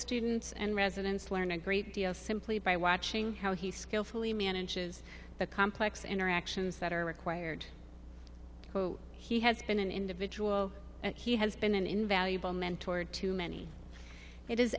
students and residents learn a great deal simply by watching how he skillfully manages the complex interactions that are required he has been an individual and he has been an invaluable mentor to many it is